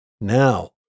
Now